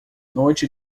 noite